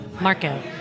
Marco